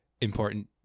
important